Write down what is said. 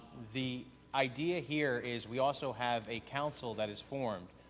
the idea here is we also have a council that is formed,